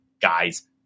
guys